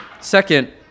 Second